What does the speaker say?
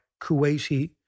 Kuwaiti